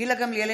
גילה גמליאל,